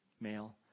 male